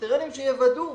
שיוודאו